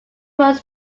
was